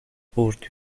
قورت